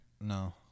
No